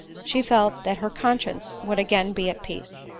she felt that her conscience would again be at peace.